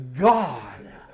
god